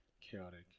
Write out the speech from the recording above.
chaotic